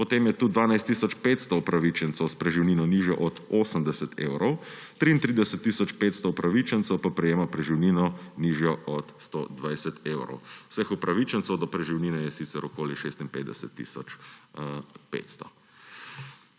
potem je tudi 12 tisoč 500 upravičencev s preživnino nižjo od 80 evrov, 33 tisoč 500 upravičencev pa prejema preživnino nižjo od 120 evrov. Vseh upravičencev do preživnine je sicer okoli 56